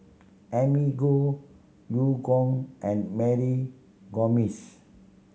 Amy Khor Eu Kong and Mary Gomes